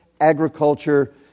agriculture